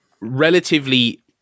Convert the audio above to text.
relatively